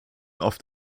oft